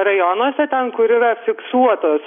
rajonuose ten kur yra fiksuotos